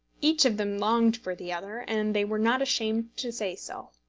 each of them longed for the other, and they were not ashamed to say so.